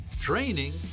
training